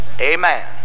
Amen